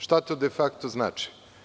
Šta to de fakto znači?